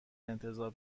انتظار